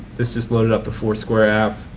this just loaded up the foursquare app.